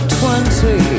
twenty